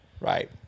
Right